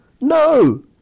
no